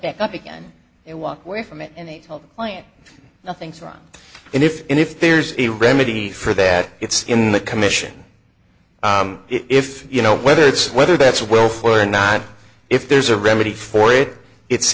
back up again and walk away from it and they tell them why it nothing's wrong and if and if there's a remedy for that it's in the commission if you know whether it's whether that's well for or not if there's a remedy for it it's